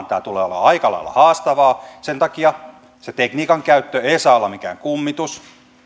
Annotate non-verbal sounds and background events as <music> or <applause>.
<unintelligible> tämä tulee olemaan aika lailla haastavaa sen takia se tekniikan käyttö ei saa olla mikään kummitus